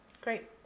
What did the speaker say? great